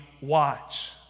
watch